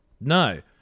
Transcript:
No